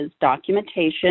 Documentation